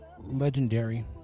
legendary